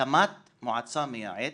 הקמת מועצה מייעצת,